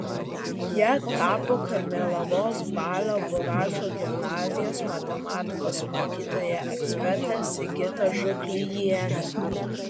ja tapo karmėlavos balio buračo gimnazijos matematikos mokytoja ekspertė sigita žuklijienė